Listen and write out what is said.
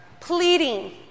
pleading